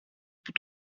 που